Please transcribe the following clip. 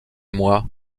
moi